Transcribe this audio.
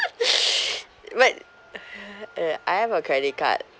but uh I have a credit card